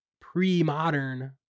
pre-modern